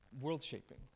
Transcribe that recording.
world-shaping